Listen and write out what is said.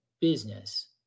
business